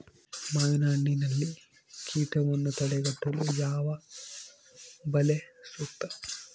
ಮಾವಿನಹಣ್ಣಿನಲ್ಲಿ ಕೇಟವನ್ನು ತಡೆಗಟ್ಟಲು ಯಾವ ಬಲೆ ಸೂಕ್ತ?